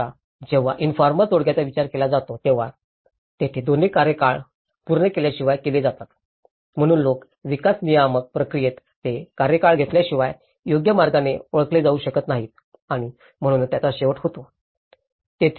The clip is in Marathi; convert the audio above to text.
आता जेव्हा इनफॉर्मल तोडग्यांचा विचार केला जातो तेव्हा तेथे दोन्ही कार्यकाळ पूर्ण केल्याशिवाय केले जातात म्हणून अनेक विकास नियामक प्रक्रियेत ते कार्यकाळ घेतल्याशिवाय योग्य मार्गाने ओळखले जाऊ शकत नाहीत आणि म्हणूनच त्यांचा शेवट होतो